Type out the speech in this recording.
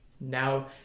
Now